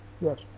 yes